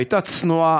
הייתה צנועה,